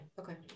okay